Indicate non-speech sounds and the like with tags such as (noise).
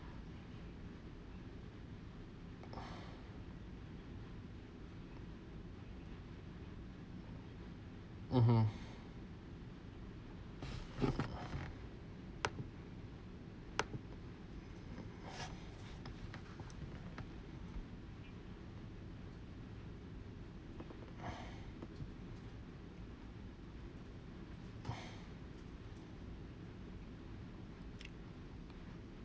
(breath) mmhmm (breath) (breath)